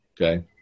Okay